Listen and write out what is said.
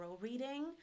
reading